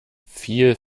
fiel